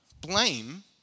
blame